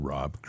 Rob